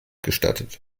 gestattet